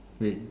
rain